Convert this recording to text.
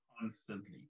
constantly